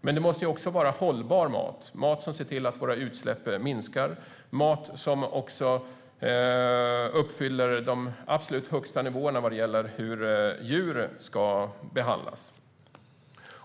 Men det måste vara hållbar mat - mat som ser till att våra utsläpp minskar och som uppfyller de absolut högsta nivåerna när det gäller hur djur ska behandlas.